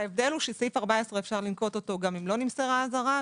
ההבדל הוא שסעיף 14 אפשר לנקוט אותו גם אם לא נמסרה אזהרה,